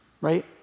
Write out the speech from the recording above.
right